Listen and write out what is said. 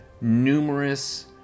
numerous